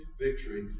victory